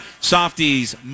Softies